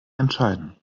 entscheiden